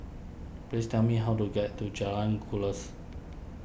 please tell me how to get to Jalan Kuras